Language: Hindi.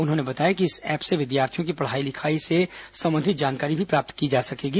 उन्होंने बताया कि इस ऐप से विद्यार्थियों की पढ़ाई लिखाई से संबंधित जानकारी भी प्राप्त की जा सकेगी